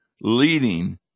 leading